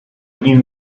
you